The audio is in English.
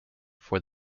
for